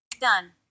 Done